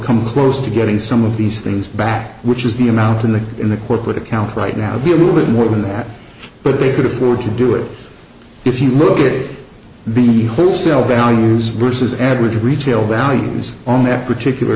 come close to getting some of these things back which is the amount in the in the corporate accounts right now would be a little bit more than that but they could afford to do it if you look at the full sale values versus average retail values on that particular